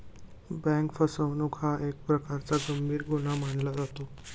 bank फसवणूक हा एक प्रकारचा गंभीर गुन्हा मानला जातो